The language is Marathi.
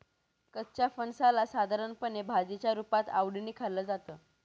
कच्च्या फणसाला साधारणपणे भाजीच्या रुपात आवडीने खाल्लं जातं